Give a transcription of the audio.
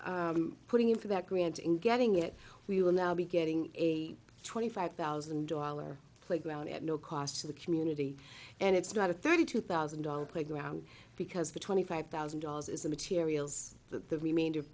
so putting in for that grant in getting it we will now be getting a twenty five thousand dollar playground at no cost to the community and it's not a thirty two thousand dollars playground because the twenty five thousand dollars is the materials that the remainder